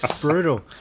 brutal